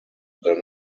than